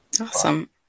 Awesome